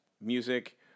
music